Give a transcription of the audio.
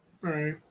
Right